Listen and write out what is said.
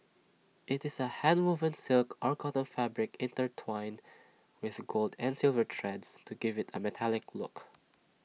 IT is A handwoven silk or cotton fabric intertwined with gold and silver threads to give IT A metallic look